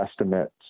estimates